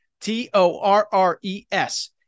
T-O-R-R-E-S